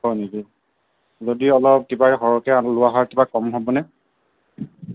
হয় নেকি যদি অলপ কিবাৰে সৰহকৈ লোৱা হয় কিবা কম হ'ব নে